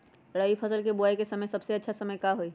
रबी फसल के बुआई के सबसे अच्छा समय का हई?